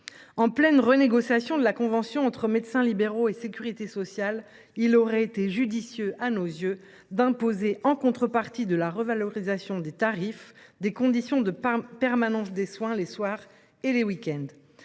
En pleine renégociation de la convention entre médecins libéraux et sécurité sociale, il eût été judicieux d’imposer, en contrepartie de la revalorisation des tarifs, des conditions de permanence des soins les soirs et les week ends.